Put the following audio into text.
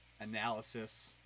analysis